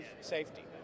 safety